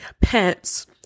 pants